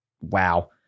wow